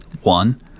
one